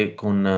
con